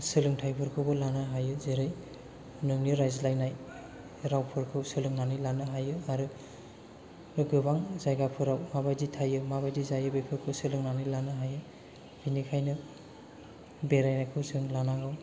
सोलोंथाइ फोरखौबो लानो हायो जेरै नोंनि रायज्लायनाय रावफोरखौ सोलोंनानै लानो हायो आरो गोबां जायगाफोराव माबादि थायो माबादि जायो बेफोरखौ सोलोंनानै लानो हायो बेनि खायनो बेरायनायखौ जों लानांगौ